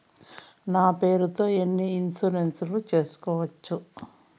నా పేరుతో ఎన్ని ఇన్సూరెన్సులు సేసుకోవచ్చు?